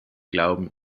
glauben